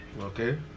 Okay